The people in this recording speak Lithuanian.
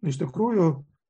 iš tikrųjų